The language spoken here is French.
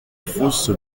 fausse